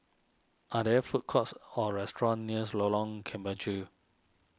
are there food courts or restaurants nears Lorong Kemunchup